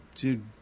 Dude